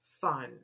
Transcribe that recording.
fun